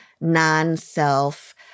non-self